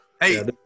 Hey